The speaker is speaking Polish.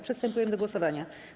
Przystępujemy do głosowania.